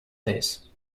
this